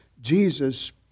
Jesus